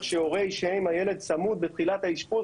שהורה ישהה עם הילד צמוד בתחילת האשפוז,